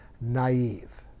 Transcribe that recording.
Naive